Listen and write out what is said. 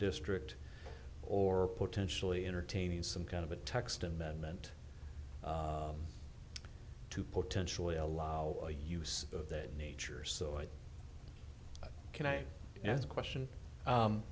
district or potentially entertaining some kind of a text amendment to potentially allow the use of that nature so i can i ask question